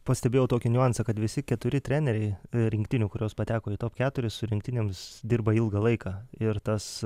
pastebėjau tokį niuansą kad visi keturi treneriai rinktinių kurios pateko į top keturis su rinktinėms dirba ilgą laiką ir tas